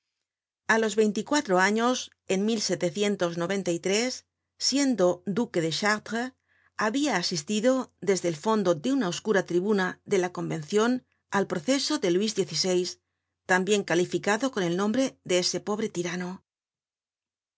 a los veinticuatro años en siendo duque de chartres habia asistido desde el fondo de una oscura tribuna de la convencion al proceso de luis xvi tan bien calificado con el nombre de ese pobre tirano